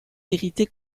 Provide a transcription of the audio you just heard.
irrité